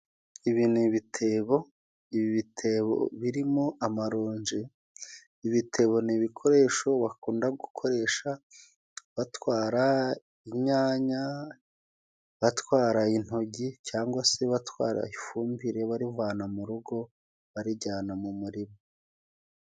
Ibi ni ibitebo, ibi bitebo birimo amaronji. Ibitebo ni ibikoresho bakunda gukoresha batwara inyanya, batwara intojyi cyangwa se batwara ifumbire barivana mu rugo barijyana mu murima.